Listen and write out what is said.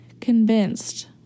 convinced